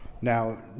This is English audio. Now